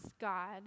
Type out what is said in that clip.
God